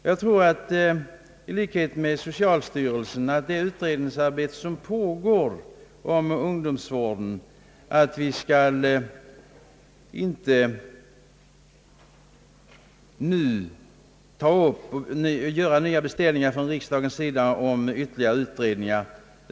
Jag anser i likhet med socialstyrelsen att riksdagen med hänsyn till det utred ningsarbete som pågår om ungdomsvården inte nu skall göra nya beställningar om ytterligare utredningar.